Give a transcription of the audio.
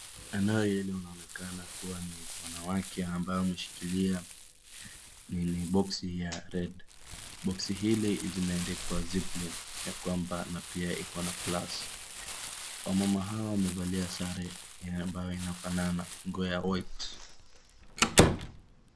Eneo hili inaonekana kuwa ni wanawake ambao wameshikilia boxi ya red . Boxi hili zimeandikwa Ziplin ya kwamba na pia iko na plus . Wamama hao wamevalia sare ambayo inafanana, nguo ya white .